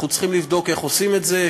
אנחנו צריכים לבדוק איך עושים את זה.